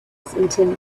tim